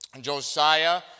Josiah